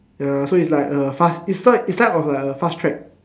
ya so it is like a fast is like is like of a fast track